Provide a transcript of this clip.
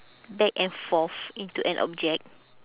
back and forth into an object